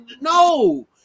No